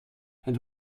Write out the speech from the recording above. het